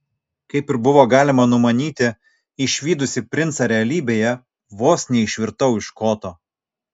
kaip ir buvo galima numanyti išvydusi princą realybėje vos neišvirtau iš koto